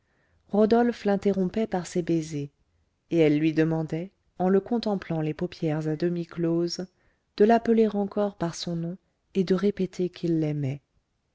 rodolphe l'interrompait par ses baisers et elle lui demandait en le contemplant les paupières à demi closes de l'appeler encore par son nom et de répéter qu'il l'aimait